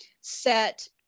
set